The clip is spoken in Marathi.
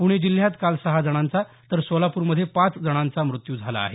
पुणे जिल्ह्यात काल सहा जणांचा तर सोलापूरमध्ये पाच जणांचा मृत्यू झाला आहे